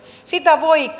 sitä voi